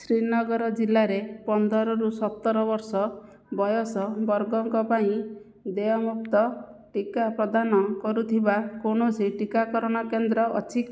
ଶ୍ରୀନଗର ଜିଲ୍ଲାରେ ପନ୍ଦର ସତର ବର୍ଷ ବୟସ ବର୍ଗଙ୍କ ପାଇଁ ଦେୟମୁକ୍ତ ଟିକା ପ୍ରଦାନ କରୁଥିବା କୌଣସି ଟିକାକରଣ କେନ୍ଦ୍ର ଅଛି କି